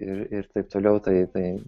ir ir taip toliau tai tai